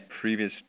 previous